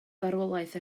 farwolaeth